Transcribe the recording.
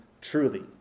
truly